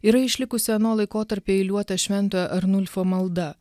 yra išlikusi ano laikotarpio eiliuota šventojo arnulfo malda